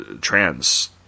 trans